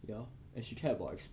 ya and she cared about ex~